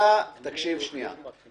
ולהוציא את זה למכירה.